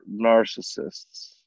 narcissists